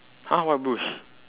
!huh! what bush